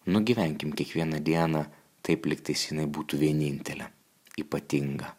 nugyvenkim kiekvieną dieną taip lygtais jinai būtų vienintelė ypatinga